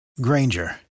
Granger